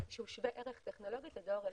שווה ערך טכנולוגית לדואר אלקטרוני?